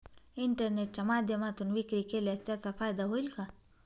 इंटरनेटच्या माध्यमातून विक्री केल्यास त्याचा फायदा होईल का?